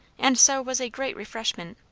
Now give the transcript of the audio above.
and so was a great refreshment.